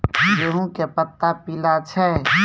गेहूँ के पत्ता पीला छै?